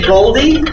Goldie